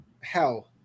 hell